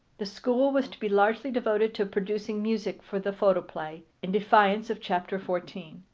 the school was to be largely devoted to producing music for the photoplay, in defiance of chapter fourteen.